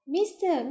Mister